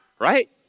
right